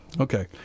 Okay